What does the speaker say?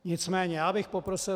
Nicméně já bych poprosil.